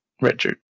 Richard